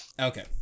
Okay